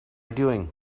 doing